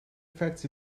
effects